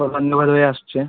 ଖବର ନେବାରେ ଆସୁଛି